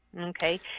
Okay